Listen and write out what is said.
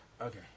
Okay